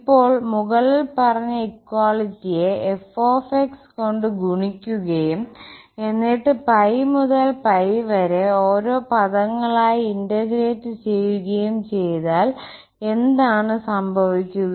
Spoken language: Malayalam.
ഇപ്പോൾ മുകളിൽ പറഞ്ഞ ഇക്വാലിറ്റിയെ f കൊണ്ട് ഗുണിക്കുകയും എന്നിട്ട് മുതൽ വരെ ഓരോ പദങ്ങളായി ഇന്റഗ്രേറ്റ് ചെയ്യുകയും ചെയ്താൽ എന്താണ് സംഭവിക്കുക